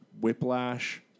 Whiplash